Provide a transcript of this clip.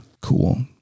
Cool